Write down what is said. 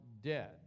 dead